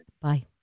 Bye